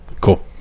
Cool